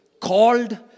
Called